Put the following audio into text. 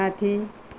माथि